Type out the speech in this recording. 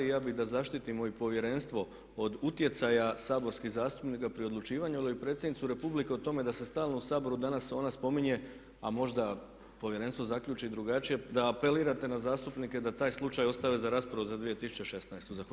I ja bih da zaštitimo i Povjerenstvo od utjecaja saborskih zastupnika pri odlučivanju ili Predsjednicu Republike o tome da se stalno u Sabor danas ona spominje, a možda Povjerenstvo zaključi drugačije da apelirate na zastupnike da taj slučaj ostave za raspravu za 2016.